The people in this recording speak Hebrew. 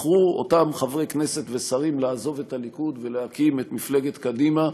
בחרו אותם חברי כנסת ושרים לעזוב את הליכוד ולהקים את מפלגת קדימה,